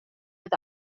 oedd